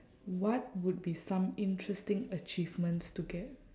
what would be some interesting achievements to get